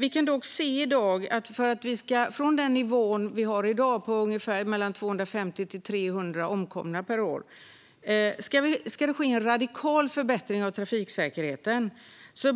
Men ska det ske en radikal förbättring av trafiksäkerheten från dagens nivå på mellan 250-300 omkomna per år